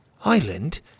Island